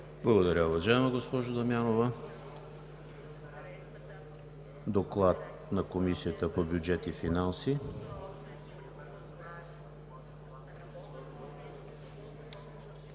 Благодаря, уважаема госпожо Дамянова. Доклад на Комисията по бюджет и финанси.